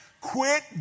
quit